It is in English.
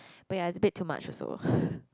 when I spend too much also